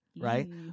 right